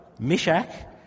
Mishak